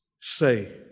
say